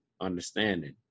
understanding